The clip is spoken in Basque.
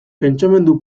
pentsamendu